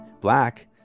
black